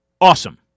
awesome